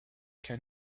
can